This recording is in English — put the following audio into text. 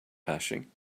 hashing